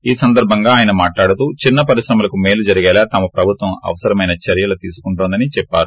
ఈ సందర్బంగా ఆయన మాట్లాడుతూ చిన్న పరిశ్రమలకు మేలు జరిగేలా తమ ప్రభుత్వం అవసరమైన చర్యలు తీసుకుంటోందని చెప్పారు